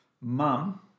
mum